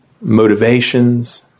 motivations